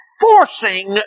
forcing